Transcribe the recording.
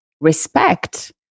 Respect